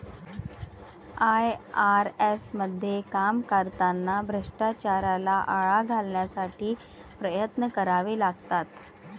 IRS मध्ये काम करताना भ्रष्टाचाराला आळा घालण्यासाठी प्रयत्न करावे लागतात